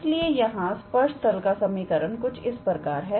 इसलिए यहां स्पर्श तल का समीकरण कुछ इस प्रकार है